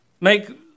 make